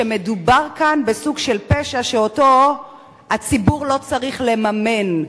שמדובר כאן בסוג של פשע שהציבור לא צריך לממן אותו.